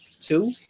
two